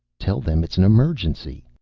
tell them it's an emergency.